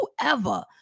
whoever